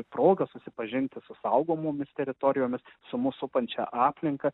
proga susipažinti su saugomomis teritorijomis su mus supančia aplinka